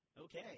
Okay